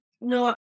no